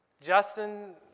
Justin